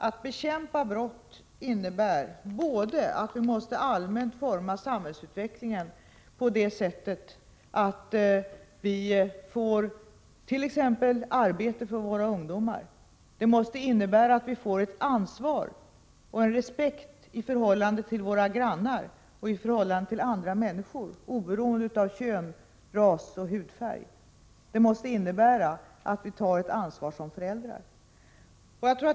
Att bekämpa brott innebär att vi allmänt måste forma samhällsutvecklingen så att våra ungdomar får arbete, att vi har ansvar och respekt för våra grannar och andra människor oberoende av kön, ras eller hudfärg och att vi tar ett ansvar som föräldrar.